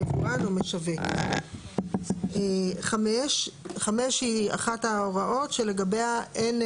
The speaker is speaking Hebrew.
יבואן או משווק 5 היא אחת ההוראות שלגביה אין,